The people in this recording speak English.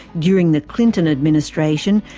during the clinton administration,